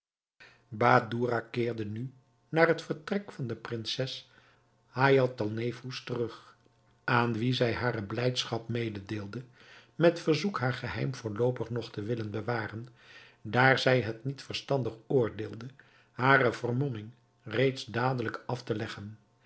badoura keerde nu naar het vertrek van de prinses haïatalnefous terug aan wie zij hare blijdschap mededeelde met verzoek haar geheim voorloopig nog te willen bewaren daar zij het niet verstandig oordeelde hare vermomming reeds dadelijk af te leggen